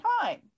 time